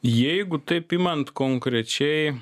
jeigu taip imant konkrečiai